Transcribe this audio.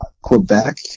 Quebec